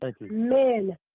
men